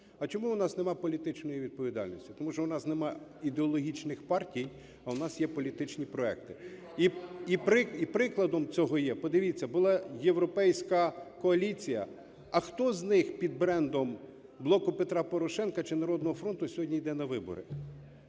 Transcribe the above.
А чому у нас немає політичної відповідальності? Тому що у нас немає ідеологічних партій, а у нас є політичні проекти. І прикладом цього є, подивіться, була європейська коаліція. А хто з них під брендом "Блоку Петра Порошенка" чи "Народного фронту" сьогодні іде на вибори?